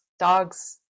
Dogs